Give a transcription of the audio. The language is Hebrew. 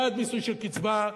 בעד מיסוי של קצבה,